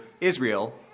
Israel